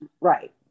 Right